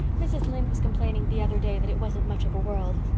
mrs. lynde was complaining the other day that it wasn't much of a world.